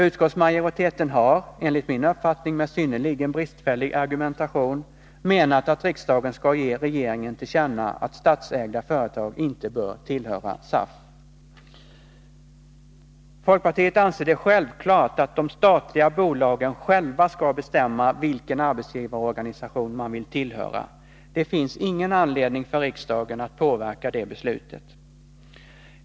Utskottsmajoriteten har, enligt min uppfattning med synnerligen bristfällig argumentation, menat att riksdagen skall ge regeringen till känna att statsägda företag inte bör tillhöra SAF. Folkpartiet anser det självklart att de statliga bolagen själva skall bestämma vilken arbetsgivarorganisation man vill tillhöra. Det finns ingen anledning för riksdagen att påverka det beslutet.